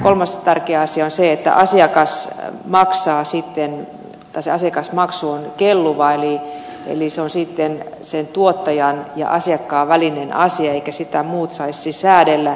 kolmas tärkeä asia on se että asiakasmaksu on kelluva eli se on tuottajan ja asiakkaan välinen asia eivätkä sitä muut saisi säädellä